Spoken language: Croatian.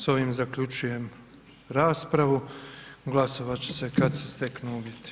S ovim zaključujem raspravu, glasovat će se kad se steknu uvjeti.